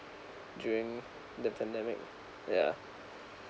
during the pandemic yeah